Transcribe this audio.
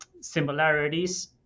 similarities